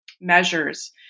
measures